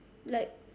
like